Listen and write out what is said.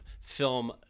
film